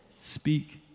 Speak